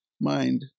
mind